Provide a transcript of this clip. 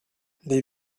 les